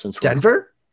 Denver